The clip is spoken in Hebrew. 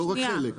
לא רק חלק.